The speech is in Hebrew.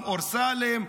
פעם אורסאלם,